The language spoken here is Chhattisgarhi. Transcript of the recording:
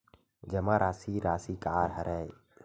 जमा राशि राशि का हरय?